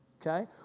okay